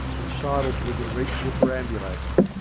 and sidled to within reach of the perambulator.